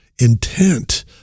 intent